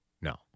no